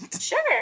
sure